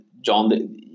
John